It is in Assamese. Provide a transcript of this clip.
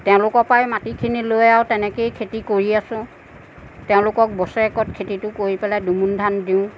তেওঁলোকৰ পৰাই মাটিখিনি লৈ আৰু তেনেকেই খেতি কৰি আছো তেওঁলোকক বছৰেকত খেতিটো কৰি পেলাই দুমোন ধান দিওঁ